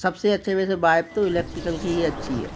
सबसे अच्छे में से बाइक तो इलेक्ट्रिकल की ही अच्छी है